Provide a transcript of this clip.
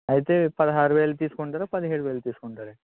అయితే పదహారు వేలు తీసుకుంటారా పదిహేడు వేలది తీసుకుంటారా